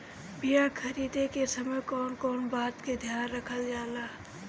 बीया खरीदे के समय कौन कौन बात के ध्यान रखल जाला?